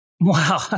Wow